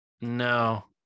No